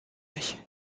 nicht